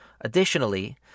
Additionally